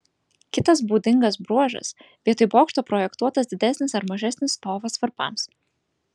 kitas būdingas bruožas vietoj bokšto projektuotas didesnis ar mažesnis stovas varpams